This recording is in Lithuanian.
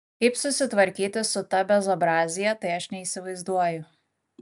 kaip susitvarkyti su ta bezobrazija tai aš neįsivaizduoju